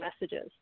messages